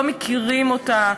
לא מכירים אותה,